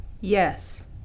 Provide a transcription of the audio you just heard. Yes